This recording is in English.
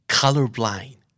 colorblind